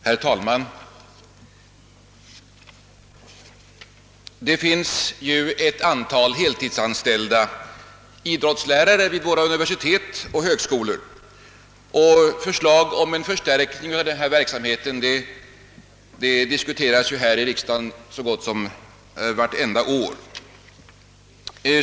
Herr talman! Det finns ett antal heltidsanställda idrottslärare vid våra universitet och högskolor. Förslag om en förstärkning av denna verksamhet diskuteras här i riksdagen så gott som varje år.